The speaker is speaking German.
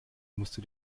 musste